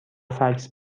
فکس